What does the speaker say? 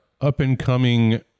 up-and-coming